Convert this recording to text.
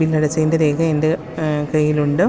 ബില്ലടച്ചതിന്റെ രേഖ എന്റെ കയ്യിലുണ്ട്